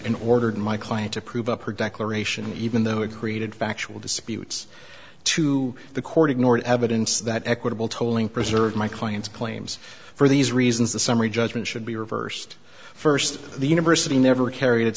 and ordered my client to prove up her declaration even though it created factual disputes to the court ignored evidence that equitable tolling preserved my client's claims for these reasons the summary judgment should be reversed first the university never carr